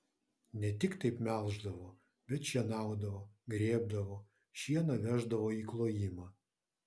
ne tik taip melždavo bet šienaudavo grėbdavo šieną veždavo į klojimą